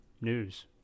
news